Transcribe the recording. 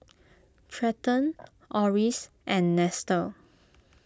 Trenten Orris and Nestor